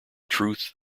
truth